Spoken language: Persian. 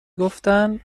گفتن